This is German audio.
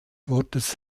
wortes